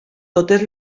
totes